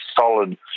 solid